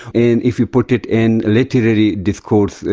and if you put it in literary discourse,